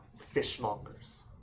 Fishmongers